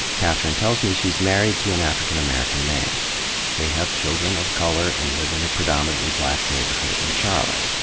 kathryne tells me she's married to an african american man and they have children of color and live in a predominantly black neighborhood in charlotte.